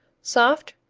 soft,